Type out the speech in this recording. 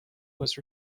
was